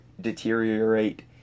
deteriorate